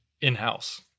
in-house